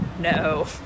No